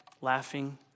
laughing